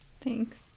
Thanks